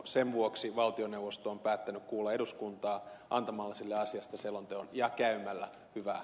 sen vuoksi valtioneuvosto on päättänyt kuulla eduskuntaa antamalla sille asiasta selonteon ja käymällä hyvää